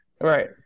Right